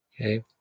Okay